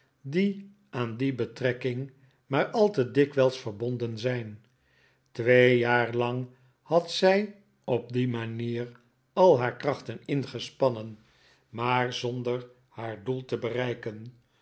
die aan die betrekking maar al te dikwijls verbonden zijn twee jaar lang had zij op die manier al haar krachten ingespannen maar zonder haar doel te bereiken